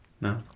No